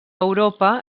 europa